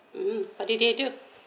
mm what did they do